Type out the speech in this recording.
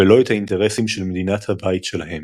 ולא את האינטרסים של מדינת הבית שלהם.